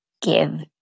give